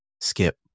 skip